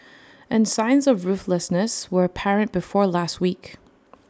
and signs of ruthlessness were apparent before last week